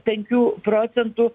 penkių procentų